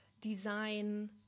design